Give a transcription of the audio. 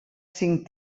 cinc